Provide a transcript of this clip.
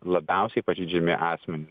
labiausiai pažeidžiami asmenys